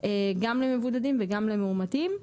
גם למבודדים וגם למאומתים.